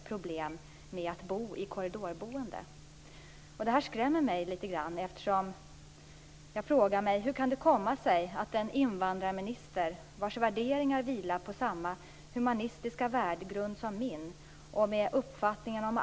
Barnkommittén har i sitt betänkande Barnets bästa i främsta rummet föreslagit att reglerna bör ändras så att asylsökande barn och ungdomar skall få samma rätt till utbildning som svenska barn.